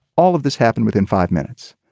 all of this happened within five minutes.